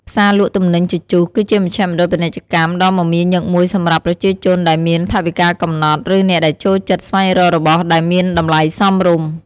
ផ្សារលក់ទំនិញជជុះ គឺជាមជ្ឈមណ្ឌលពាណិជ្ជកម្មដ៏មមាញឹកមួយសម្រាប់ប្រជាជនដែលមានថវិកាកំណត់ ឬអ្នកដែលចូលចិត្តស្វែងរករបស់ដែលមានតម្លៃសមរម្យ។